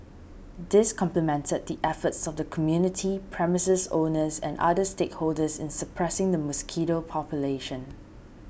this complemented the efforts of the community premises owners and other stakeholders in suppressing the mosquito population